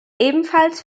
ebenfalls